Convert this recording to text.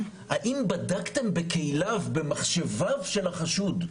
האם בדקתם בכליו, במחשביו של החשוד?